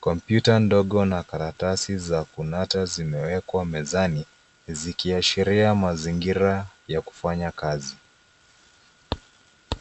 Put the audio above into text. Kompyuta ndogo na karatasi za kunata zimewekwa mezani zikiashiria mazingira ya kufanya kazi.